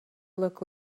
look